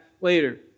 later